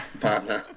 partner